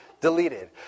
deleted